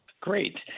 Great